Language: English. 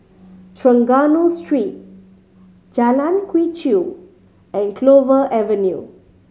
Trengganu Street Jalan Quee Chew and Clover Avenue